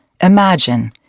Imagine